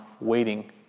waiting